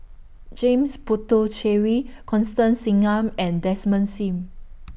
James Puthucheary Constance Singam and Desmond SIM